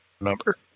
number